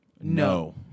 no